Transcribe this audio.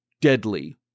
deadly